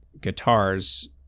guitars